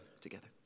together